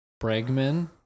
Bregman